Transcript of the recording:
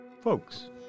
Folks